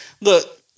Look